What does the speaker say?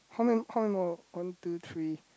how many how many more one two three